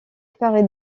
paris